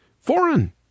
foreign